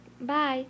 Bye